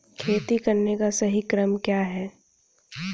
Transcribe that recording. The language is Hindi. खेती करने का सही क्रम क्या है?